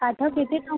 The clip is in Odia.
କାଠ କେତେ ଟଙ୍କା